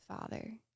Father